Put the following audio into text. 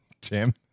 Tim